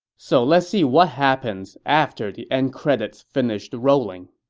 so let's see what happens after the end credit finished rolling.